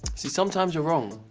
sometimes you're wrong,